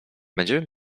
będziemy